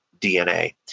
DNA